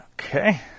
Okay